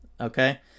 okay